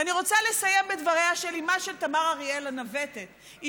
ואני רוצה לסיים בדבריה של אימה של הנווטת תמר אריאל,